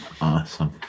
Awesome